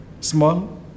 small